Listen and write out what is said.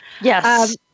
Yes